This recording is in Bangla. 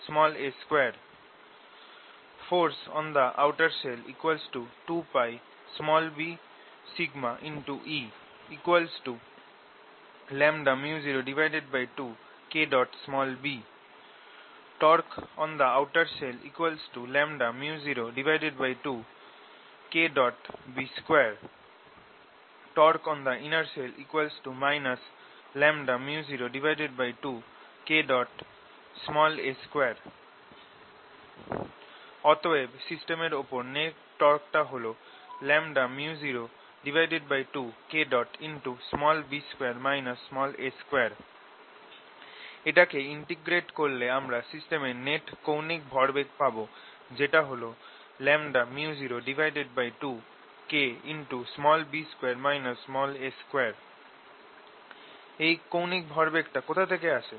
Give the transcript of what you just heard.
Force on the outer shell 2πbE µ02Kb Torque on the outer shell µ02Kb2 Torque on the inner shell µ02Ka2 অতএব সিস্টেমের ওপর নেট টর্ক হল µ02K এটাকে ইন্টিগ্রেট করলে আমরা সিস্টেমের নেট কৌণিক ভরবেগ পাবো যেটা হল µ02K এই কৌণিক ভরবেগটা কথা থেকে আসে